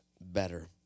better